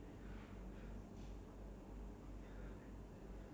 ya but it just hap~ it just so happens to be